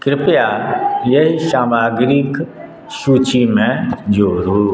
कृपया एहि सामग्रीक सूचीमे जोड़ू